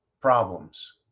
Problems